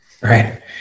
Right